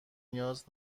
نیاز